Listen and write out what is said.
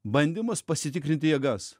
bandymas pasitikrinti jėgas